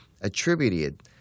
attributed